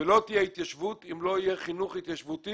לא תהיה התיישבות אם לא יהיה חינוך התיישבותי